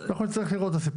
נצטרך לראות מה לגבי